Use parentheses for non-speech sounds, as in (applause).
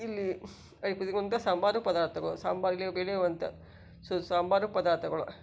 ಇಲ್ಲಿ (unintelligible) ಸಂಬಾರ ಪದಾರ್ಥಗಳು ಸಂಬಾರ ಇಲ್ಲಿ ಬೆಳೆಯುವಂಥ ಸು ಸಂಬಾರ ಪದಾರ್ಥಗಳು